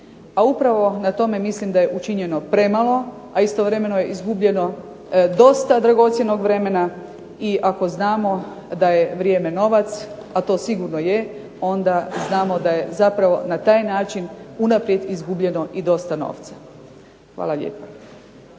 A upravo na tome mislim da je učinjeno premalo, a istovremeno je izgubljeno dosta dragocjenog vremena i ako znamo da je vrijeme novac, a to sigurno je, onda znamo da zapravo na taj način unaprijed izgubljeno i dosta novca. Hvala lijepa.